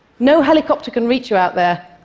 no helicopter can reach you out there,